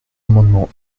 amendements